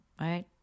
right